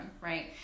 right